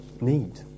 need